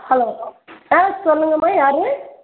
hello ஆ சொல்லுங்கம்மா யார்